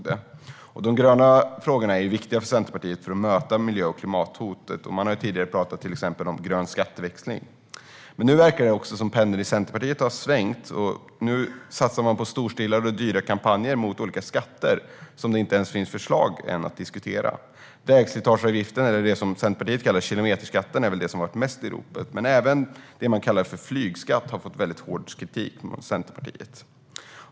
De gröna frågorna är viktiga för Centerpartiet för att möta miljö och klimathotet - till exempel har man tidigare talat om grön skatteväxling. Men nu verkar det som att pendeln i Centerpartiet har svängt. Nu satsar man på storstilade och dyra kampanjer mot olika skatter, till vilka det ännu inte ens finns förslag att diskutera. Vägslitageavgiften - eller, som Centerpartiet kallar den, kilometerskatten - är väl den som har varit mest i ropet. Men även det som man kallar flygskatt har fått väldigt hård kritik från Centerpartiet.